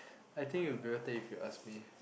I think it will be better if you ask me